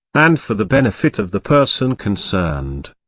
and for the benefit of the person concerned.